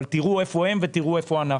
אבל תראו איפה הם ותראו איפה אנחנו.